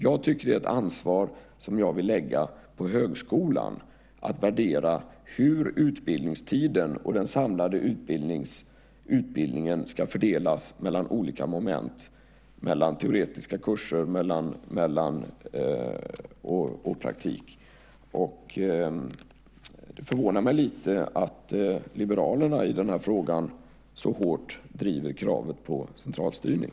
Det är ett ansvar som jag vill lägga på högskolan: att värdera hur utbildningstiden, den samlade utbildningen, ska fördelas mellan olika moment, mellan teoretiska kurser och praktik. Det förvånar mig lite att liberalerna i den här frågan så hårt driver kravet på centralstyrning.